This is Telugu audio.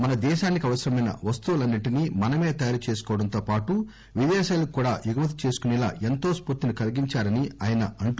మన దేశానికి అవసరమైన వస్తువులన్నిటినీ మనమే తయారు చేసుకోవటంతో పాటు విదేశాలకు కూడా ఎగుమతి చేసుకునేలా ఎంతో స్పూర్తిని కలిగించించారని ఆయన అంటూ